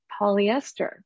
polyester